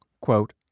quote